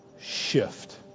shift